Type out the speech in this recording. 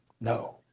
No